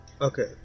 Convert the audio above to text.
Okay